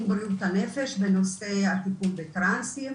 בריאות הנפש בנושא הטיפול בטרנסים.